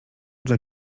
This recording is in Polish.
dla